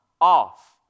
off